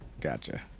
Gotcha